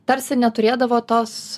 tarsi neturėdavo tos